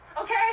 Okay